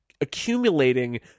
accumulating